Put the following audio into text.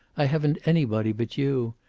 i haven't anybody but you.